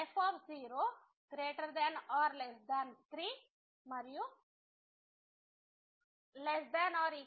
మళ్ళీ మీరు 0 నుండి 2 ఇంటర్వెల్ లో లాగ్రాంజ్ మధ్యస్త విలువ సిద్ధాంతాన్ని ఉపయోగిస్తే ఇంటర్వెల్ లో 0 నుండి 2 మనకు లభిస్తుంది f2 f2 0 ఏదో ఒక పాయింట్ c2 లో మొదటి అవకలనానికి సమానం అవుతుంది